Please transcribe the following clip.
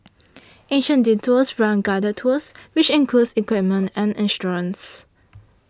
Asian Detours runs guided tours which includes equipment and insurance